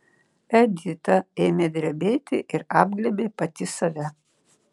edita ėmė drebėti ir apglėbė pati save